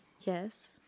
Yes